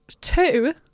two